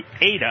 Ada